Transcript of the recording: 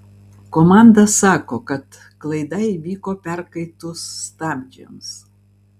komanda sako kad klaida įvyko perkaitus stabdžiams